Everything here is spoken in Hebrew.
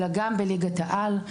אלא גם בליגת העל.